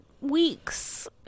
weeks